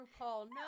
no